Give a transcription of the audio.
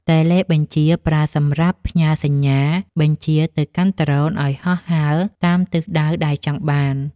តេឡេបញ្ជា ប្រើសម្រាប់ផ្ញើសញ្ញាបញ្ជាទៅកាន់ដ្រូនឱ្យហោះហើរតាមទិសដៅដែលចង់បាន។